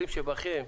שבכם,